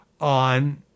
on